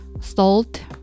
salt